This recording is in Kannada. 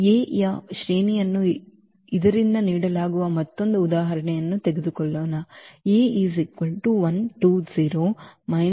Aಯ ಶ್ರೇಣಿಯನ್ನು ಇದರಿಂದ ನೀಡಲಾಗುವ ಮತ್ತೊಂದು ಉದಾಹರಣೆಯನ್ನು ತೆಗೆದುಕೊಳ್ಳೋಣ